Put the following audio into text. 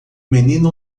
menino